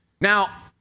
Now